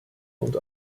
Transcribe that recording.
und